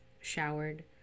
showered